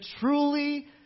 truly